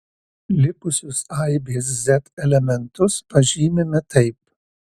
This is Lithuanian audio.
likusius aibės z elementus pažymime taip